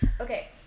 Okay